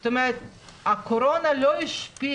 זאת אומרת שהקורונה לא השפיעה